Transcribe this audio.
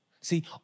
See